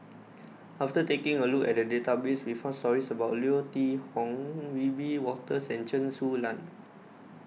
after taking a look at the database we found stories about Leo Hee Tong Wiebe Wolters and Chen Su Lan